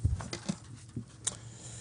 אני פותח את הישיבה.